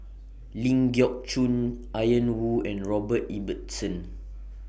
Ling Geok Choon Ian Woo and Robert Ibbetson